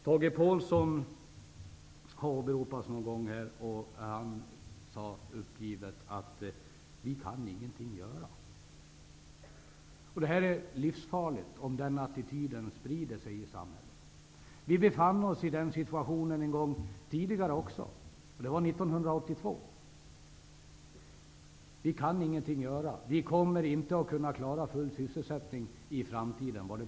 Tage Påhlsson har åberopats här. Han sade uppgivet: Vi kan ingenting göra. Det är livsfarligt om den attityden sprider sig i samhället. Vi befann oss i den situationen en gång tidigare. Det var 1982. Då var det många som sade: Vi kan ingenting göra. Vi kommer inte att kunna klara full sysselsättning i framtiden.